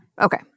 Okay